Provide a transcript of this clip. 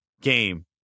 game